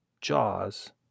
Jaws